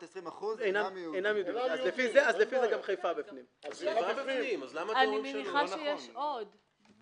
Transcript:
ועדת שרים והממשלה דנה וגיבשה עמדה לגבי --- אני לא עובד של ועדת